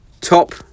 top